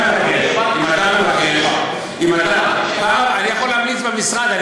אני יכול להמליץ במשרד.